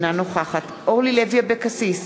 אינה נוכחת אורלי לוי אבקסיס,